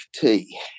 tea